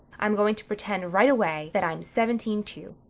i'm going to pretend right away that i am seventeen too,